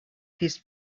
his